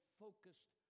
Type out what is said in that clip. focused